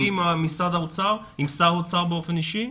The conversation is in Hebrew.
נפגשים ביום רביעי עם שר האוצר באופן אישי?